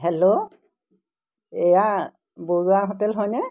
hello এয়া Barua hotel হয়নে